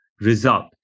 result